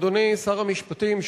אדוני שר המשפטים,